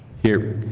here.